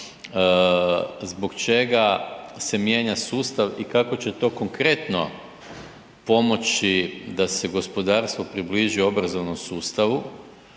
zbog čega se mijenja sustav i kako će to konkretno pomoći da se gospodarstvo približi obrazovnom sustavu,